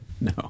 No